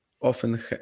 often